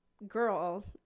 girl